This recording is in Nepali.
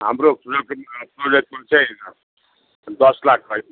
हाम्रो दस लाख है